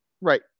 right